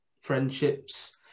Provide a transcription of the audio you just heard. friendships